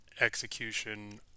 execution